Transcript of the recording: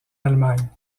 allemagne